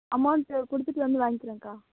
amount கொடுத்துட்டு வந்து வாங்கிக்கிறேங்க்கா